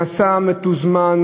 במסע מתוזמן,